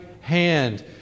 hand